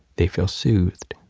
they feel soothed,